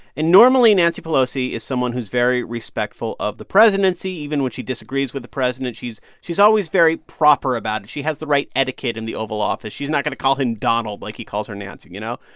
and normally, nancy pelosi is someone who's very respectful of the presidency. even when she disagrees with the president, she's she's always very proper about it. she has the right etiquette in the oval office. she's not going to call him donald like he calls her nancy, you know?